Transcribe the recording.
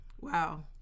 Wow